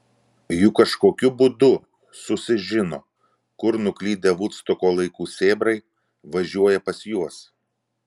juk kažkokiu būdu susižino kur nuklydę vudstoko laikų sėbrai važiuoja pas juos